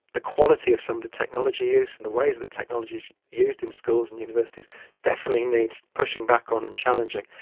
the quality of some of the technology use and the ways that technology is used in schools and universities definitely needs pushing back on and challenging.